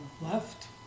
left